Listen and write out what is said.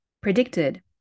predicted